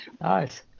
Nice